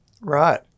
Right